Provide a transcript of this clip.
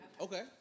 Okay